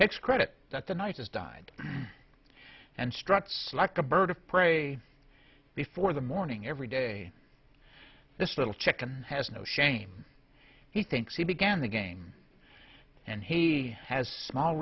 takes credit that the night has died and struts like a bird of prey before the morning every day this little chicken has no shame he thinks he began the game and he has small